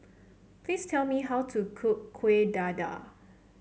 please tell me how to cook Kuih Dadar